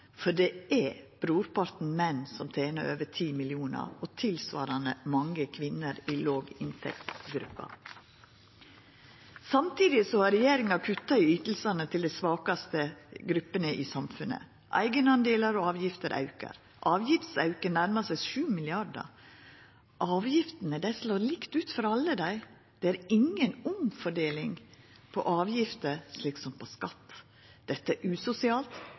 for brorparten av dei som tener over 10 mill. kr, er menn, og det er tilsvarande mange kvinner i låginntektsgruppa. Samtidig har regjeringa kutta i ytingane til dei svakaste gruppene i samfunnet. Eigedelar og avgifter aukar. Avgiftsauken nærmar seg 7 mrd. kr. Avgiftene slår likt ut for alle. Det skjer inga fordeling av verdiar gjennom avgiftene, slik som det er med skatt. Dette er usosialt,